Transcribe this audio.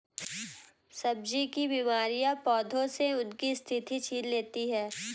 सब्जी की बीमारियां पौधों से उनकी शक्ति छीन लेती हैं